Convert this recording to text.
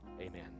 amen